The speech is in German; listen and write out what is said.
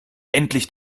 endlich